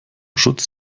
schutz